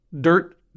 Dirt